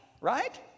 right